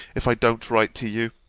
if i don't write to you.